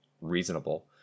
reasonable